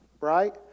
Right